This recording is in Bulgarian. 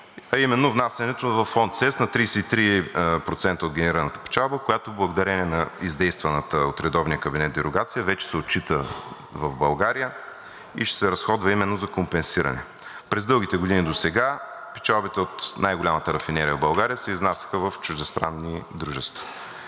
електроенергийната система“ на 33% от генерираната печалба, която благодарение на издействаната от редовния кабинет дерогация вече се отчита в България и ще се разходва именно за компенсиране. През дългите години досега печалбите от най-голямата рафинерия в България се изнасяха в чуждестранни дружества.